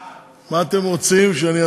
כספים.